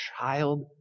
child